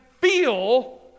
feel